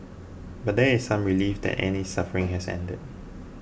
but there is some relief that Annie's suffering has ended